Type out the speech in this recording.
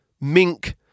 Mink